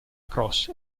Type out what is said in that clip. cross